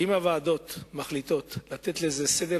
שאם הוועדות מחליטות לתת לזה מקום בסדר